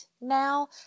now